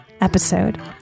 episode